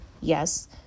yes